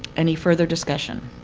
any further discussion?